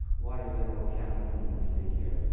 why is there no piano permanently here?